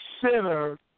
consider